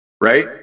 right